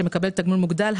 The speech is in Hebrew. שמקבל תגמול מוגדל,